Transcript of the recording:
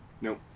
Nope